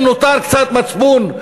אם נותר קצת מצפון,